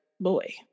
boy